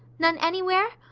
none anywhere?